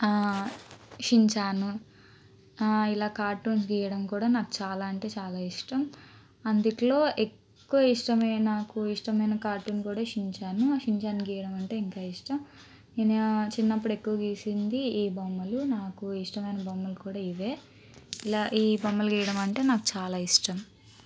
Shinchan ఇలా cartoons గీయడం కుడా నాకు చాలా అంటే చాలా ఇష్టం అందుట్లో ఎక్కువ ఇష్టమైన నాకు ఇష్టమయిన కార్టూన్ కూడా షిన్చాను ఆ షిన్చాను గీయడం అంటే ఇంకా ఇష్టం నేను చిన్నపుడు ఎక్కువ గీసింది ఈ బొమ్మలు నాకు ఇష్టమైన బొమ్మలు కూడా ఇవే ఇలా ఈ బొమ్మలు గీయడం అంటే నాకు చాలా ఇష్టం